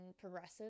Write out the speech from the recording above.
progressive